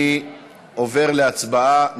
אני עובר להצבעה.